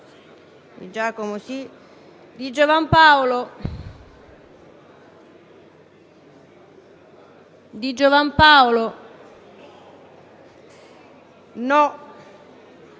Di Giovan Paolo, Di